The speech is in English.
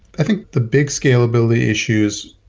i think the big scalability issues,